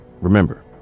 Remember